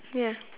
ya